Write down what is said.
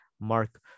mark